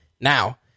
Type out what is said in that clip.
Now